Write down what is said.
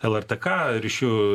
lrtk ryšių